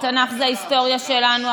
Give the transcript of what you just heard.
התנ"ך זה ההיסטוריה שלנו,